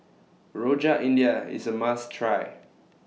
Rojak India IS A must Try